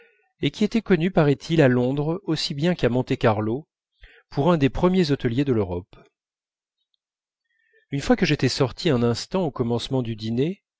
et qui était connu paraît-il à londres aussi bien qu'à monte-carlo pour un des premiers hôteliers de l'europe une fois que j'étais sorti un instant au commencement du dîner